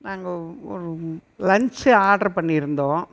நாங்கள் ஒரு lunch order பண்ணியிருந்தோம்